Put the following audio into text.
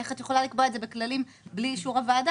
איך את יכולה לקבוע את זה בכללים בלי אישור הוועדה?